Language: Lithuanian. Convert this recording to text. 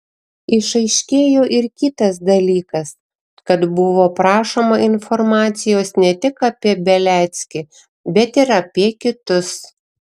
išaiškėjo ir kitas dalykas kad buvo prašoma informacijos ne tik apie beliackį bet ir apie kitus